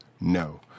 No